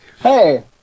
Hey